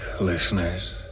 listeners